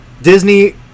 Disney